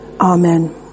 Amen